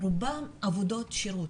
רובם עבודות שירות.